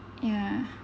ya